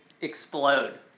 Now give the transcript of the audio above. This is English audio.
explode